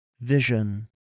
vision